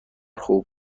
خوب